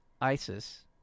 ISIS